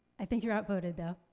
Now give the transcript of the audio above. i think you're outvoted though.